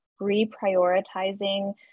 reprioritizing